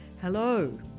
Hello